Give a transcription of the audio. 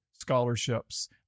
scholarships